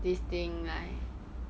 this thing like